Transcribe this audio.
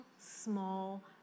small